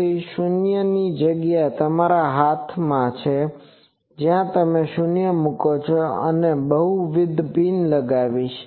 તેથી શૂન્ય ની જગ્યા તમારા હાથમાં છે જ્યાં તમે શૂન્ય મૂકશો અને જો હું બહુવિધ પિન લગાવીશ